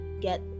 get